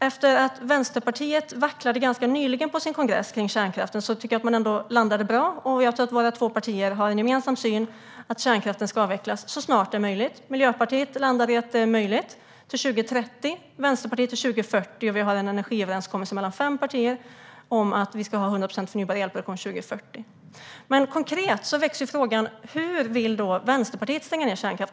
Efter att Vänsterpartiet ganska nyligen på sin kongress vacklade kring kärnkraften tycker jag ändå att man landade bra, och jag tror att våra två partier har den gemensamma synen att kärnkraften ska avvecklas så snart det är möjligt. Miljöpartiet landar i att det är möjligt till 2030, Vänsterpartiet till 2040, och vi har en energiöverenskommelse mellan fem partier om att vi ska ha 100 procent förnybar elproduktion 2040. Konkret växer ändå frågan: Hur vill Vänsterpartiet stänga ned kärnkraften?